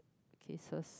cases